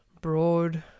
broad